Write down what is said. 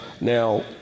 Now